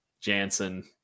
Jansen